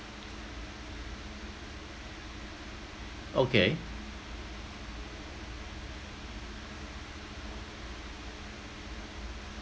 okay